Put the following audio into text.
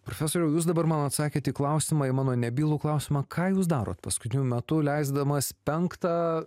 profesoriau jūs dabar man atsakėt į klausimą į mano nebylų klausimą ką jūs darot paskutiniu metu leisdamas penktą